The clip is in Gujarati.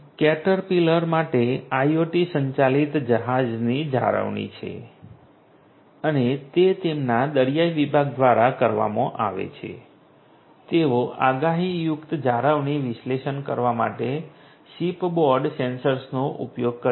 કેટરપિલર પાસે IoT સંચાલિત જહાજની જાળવણી છે અને તે તેમના દરિયાઇ વિભાગ દ્વારા કરવામાં આવે છે તેઓ આગાહીયુક્ત જાળવણી વિશ્લેષણ કરવા માટે શિપ બોર્ડ સેન્સર્સનો ઉપયોગ કરે છે